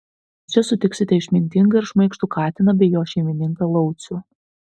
čia sutiksite išmintingą ir šmaikštų katiną bei jo šeimininką laucių